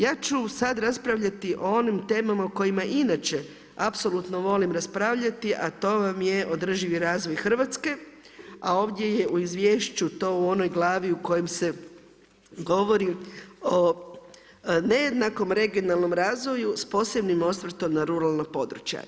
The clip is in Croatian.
Ja ću sad raspravljati o onim temama o kojima inače apsolutno volim raspravljati a to vam je održivi razvoj Hrvatske a ovdje je u izvješću to u onoj Glavi u kojoj se govori o nejednakom regionalnom razvoju s posebnim osvrtom na ruralna područja.